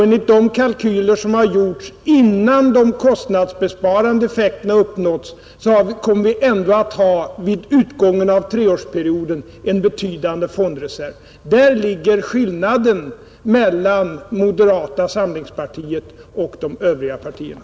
Enligt de kalkyler som har gjorts innan de kostandsbesparande effekterna har uppnåtts kommer vi ändå att vid utgången av treårsperioden ha en betydande fondreserv. Där ligger skillnaden mellan moderata samlingspartiet och de övriga partierna.